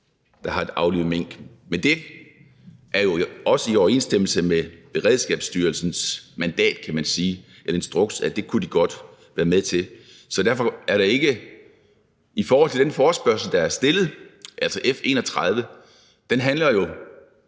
der har aflivet mink, men det er jo også i overensstemmelse med Beredskabsstyrelsens mandat eller instruks, at det kunne de godt være med til. Der er ikke noget i forhold til den forespørgsel, der er stillet, altså F 31, der handler om